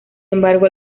embargo